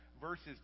verses